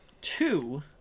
two